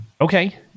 okay